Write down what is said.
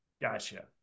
gotcha